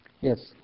Yes